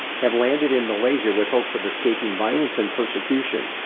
have landed in malaysia with hopes of escaping violence and persecution.